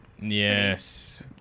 Yes